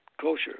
kosher